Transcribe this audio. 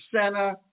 center